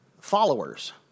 followers